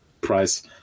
price